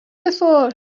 before